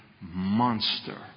monster